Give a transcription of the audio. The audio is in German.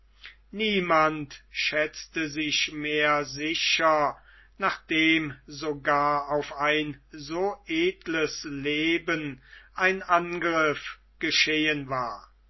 niemand schätzte sich mehr sicher nachdem sogar auf ein so edles leben ein angriff geschehen war